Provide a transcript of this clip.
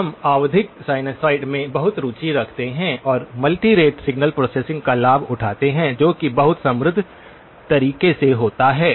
हम आवधिक साइनसॉइड में बहुत रुचि रखते हैं और मल्टी रेट सिग्नल प्रोसेसिंग का लाभ उठाते हैं जो कि बहुत समृद्ध तरीके से होता है